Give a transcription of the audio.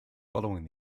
following